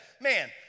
Man